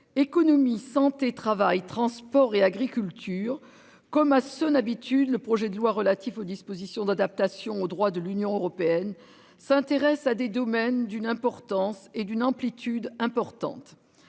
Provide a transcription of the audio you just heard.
Économie-Santé travail transports et l'agriculture comme à Sun habitude le projet de loi relatif aux dispositions d'adaptation au droit de l'Union européenne s'intéresse à des domaines d'une importance et d'une amplitude importante